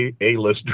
A-list